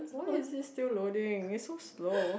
why is it still loading is so slow